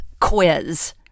quiz